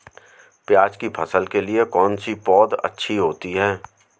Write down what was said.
प्याज़ की फसल के लिए कौनसी पौद अच्छी होती है?